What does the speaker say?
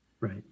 Right